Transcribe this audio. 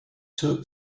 two